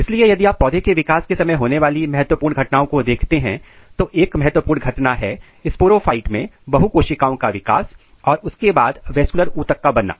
इसलिए यदि आप पौधे के विकास के समय होने वाली महत्वपूर्ण घटनाओं को देखते हैं तो एक महत्वपूर्ण घटना है स्पोरोफाइट में बहु कोशिकाओं का विकास और उसके बाद वैस्कुलर ऊतक का बनना